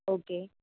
okay